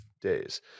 days